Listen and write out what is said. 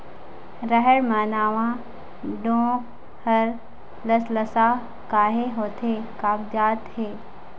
रहेड़ म नावा डोंक हर लसलसा काहे होथे कागजात हे?